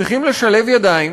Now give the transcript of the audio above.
צריכים לשלב ידיים